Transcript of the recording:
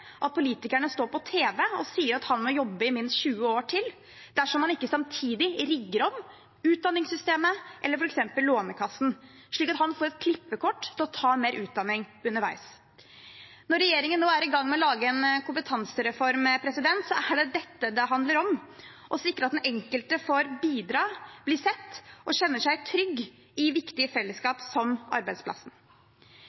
at politikerne står på tv og sier at han må jobbe i minst 20 år til, dersom man ikke samtidig rigger om utdanningssystemet eller f.eks. Lånekassen slik at han får et klippekort til å ta mer utdanning underveis. Når regjeringen nå er i gang med å lage en kompetansereform, er det dette det handler om: å sikre at den enkelte får bidra, blir sett og kjenner seg trygg i